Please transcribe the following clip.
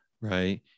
right